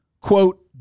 quote